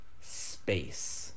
space